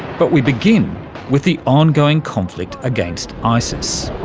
but we begin with the ongoing conflict against isis.